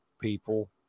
people